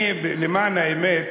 למען האמת,